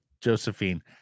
Josephine